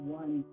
one